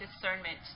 discernment